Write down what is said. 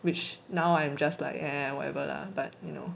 which now I'm just like eh whatever lah but you know